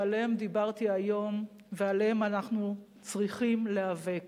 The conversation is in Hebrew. שעליהם דיברתי היום ועליהם אנחנו צריכים להיאבק,